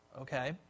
okay